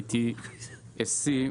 ETSC,